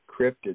cryptid